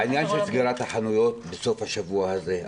העניין של סגירת החנויות בסוף השבוע הזה,